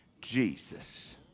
Jesus